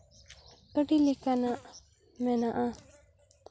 ᱟᱹᱰᱤ ᱞᱮᱠᱟᱱᱟᱜ ᱢᱮᱱᱟᱜᱼᱟ